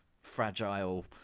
fragile